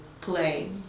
play